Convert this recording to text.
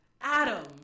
Adam